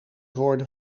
worden